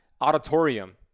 auditorium